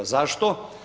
Zašto?